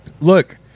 look